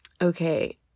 Okay